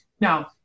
Now